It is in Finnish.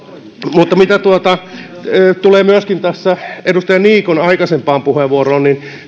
mutta mitä tulee tähän edustaja niikon aikaisempaan puheenvuoroon niin